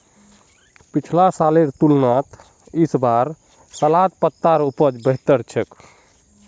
पिछला सालेर तुलनात इस बार सलाद पत्तार उपज बेहतर छेक